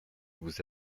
vous